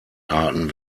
arten